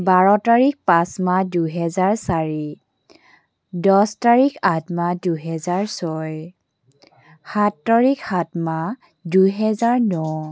বাৰ তাৰিখ পাঁচ মাহ দুহেজাৰ চাৰি দছ তাৰিখ আঠ মাহ দুহেজাৰ ছয় সাত তাৰিখ সাত মাহ দুহেজাৰ ন